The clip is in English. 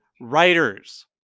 writers